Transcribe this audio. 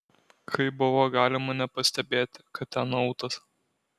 kaip buvo galima nepastebėti kad ten autas